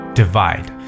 divide